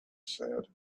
said